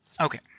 Okay